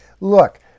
Look